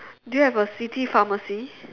do you have a city pharmacy